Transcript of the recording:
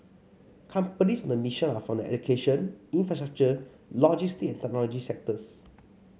companies on the mission are from the education infrastructure logistic and technology sectors